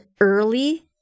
early